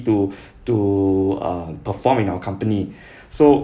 to to uh perform in our company so